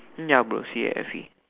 ya bro see I see